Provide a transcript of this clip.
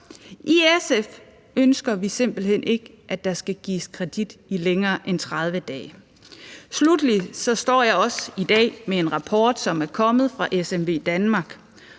I SF ønsker vi simpelt hen ikke, at der skal gives kredit i længere end 30 dage. Sluttelig står jeg også i dag med en rapport, som er kommet fra SMVdanmark.